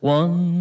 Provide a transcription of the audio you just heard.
one